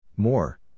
More